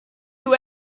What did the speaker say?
you